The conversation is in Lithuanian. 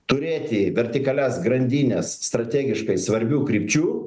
turėti vertikalias grandines strategiškai svarbių krypčių